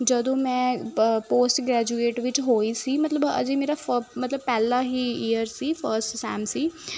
ਜਦੋਂ ਮੈਂ ਪ ਪੋਸਟ ਗ੍ਰੈਜੂਏਟ ਵਿੱਚ ਹੋਈ ਸੀ ਮਤਲਬ ਅਜੇ ਮੇਰਾ ਫ ਮਤਲਬ ਪਹਿਲਾ ਹੀ ਈਅਰ ਸੀ ਫਸਟ ਸੈਮ ਸੀ